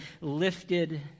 lifted